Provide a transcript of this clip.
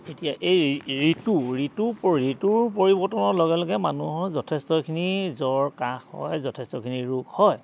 এতিয়া এই ঋতু ঋতু প ঋতুৰ পৰিৱৰ্তনৰ লগে লগে মানুহৰ যথেষ্টখিনি জ্বৰ কাঁহ হয় যথেষ্টখিনি ৰোগ হয়